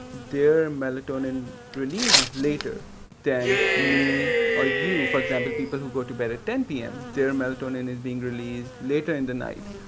their melatonin release is later than me or you, for example people who go to bed at ten p m. their melatonin is being released later in the night.